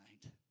tonight